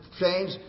change